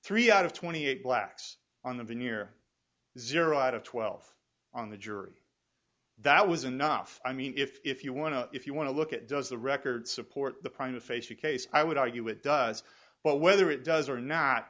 three out of twenty eight blacks on the near zero out of twelfth on the jury that was enough i mean if you want to if you want to look at does the record support the private facie case i would argue it does but whether it does or not